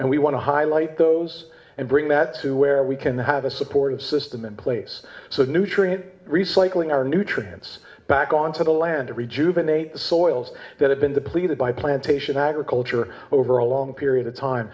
and we want to highlight those and bring that to where we can have a supportive system in place so nutrient recycling our nutrients back on to the land to rejuvenate the soils that have been depleted by plantation agriculture over a long period of time